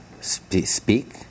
speak